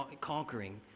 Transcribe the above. conquering